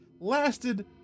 lasted